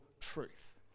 truth